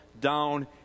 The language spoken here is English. down